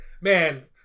man